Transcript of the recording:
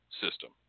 system